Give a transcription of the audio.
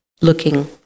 looking